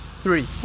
three